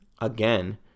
Again